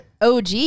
OG